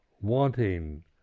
wanting